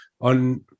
on